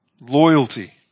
Loyalty